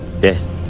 death